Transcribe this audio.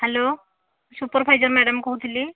hello supervisor madam କହୁଥିଲି